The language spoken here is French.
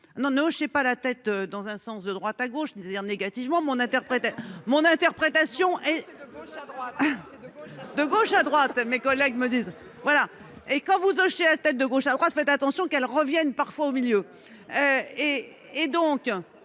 ne sais pas la tête dans un sens de droite à gauche c'est-à-dire négativement mon interprète mon interprétation et. De gauche à droite, mes collègues me disent voilà et quand vous O'Shea tête de gauche à droite fait attention qu'elles reviennent parfois au milieu. Et donc,